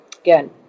again